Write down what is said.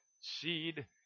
seed